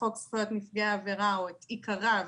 חוק זכויות נפגעי עבירה או את עיקריו,